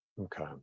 Okay